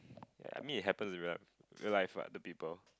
ya I mean it happens re~ real life what to people